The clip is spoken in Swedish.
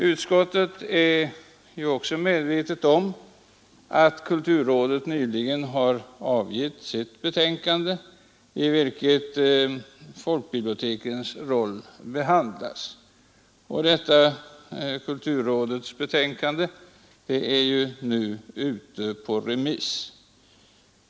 Utskottet är också medvetet om att kulturrådet nyligen har avgivit sitt betänkande, i vilket folkbibliotekens roll behandlas. Detta kulturrådets betänkande är nu ute på remiss.